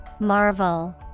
Marvel